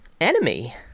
Enemy